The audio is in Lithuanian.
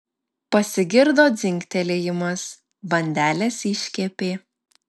pasigirdo dzingtelėjimas bandelės iškepė